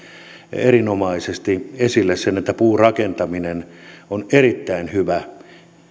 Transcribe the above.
erinomaisesti esille sen että puurakentaminen on erittäin hyvä